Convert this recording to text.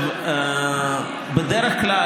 בדרך כלל,